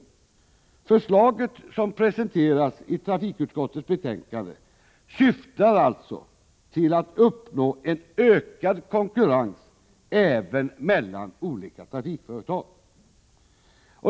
Det förslag som presenterats i trafikutskottets betänkande syftar alltså till att uppnå en ökad konkurrens även mellan olika trafikföretag.